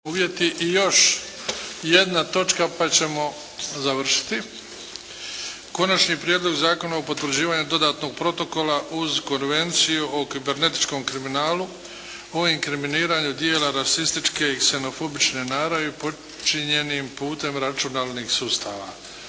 (HDZ)** I još jedna točka pa ćemo završiti – 6. Prijedlog Zakona o potvrđivanju dodatnog protokola uz Konvenciju o kibernetičkom kriminalu o inkriminiranju djela rasističke i ksenofobne naravi počinjenih pomoću računalnih sustava,